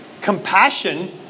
compassion